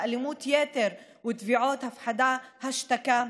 באלימות יתר ותביעות הפחדה והשתקה,